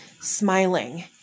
smiling